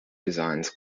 designs